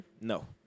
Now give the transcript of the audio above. No